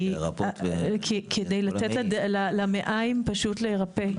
כדי לתת למעיים פשוט להירפא.